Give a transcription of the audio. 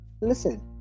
listen